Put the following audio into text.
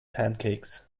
pancakes